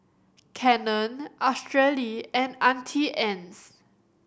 Canon Australi and Auntie Anne's